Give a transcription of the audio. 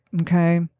okay